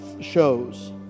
shows